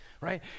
Right